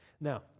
Now